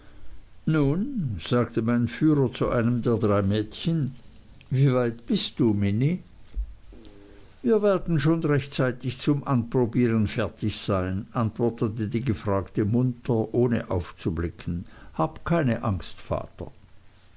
nun sagte mein führer zu einem der drei mädchen wie weit bist du minnie wir werden schon rechtzeitig zum anprobieren fertig sein antwortete die gefragte munter ohne aufzublicken hab keine angst vater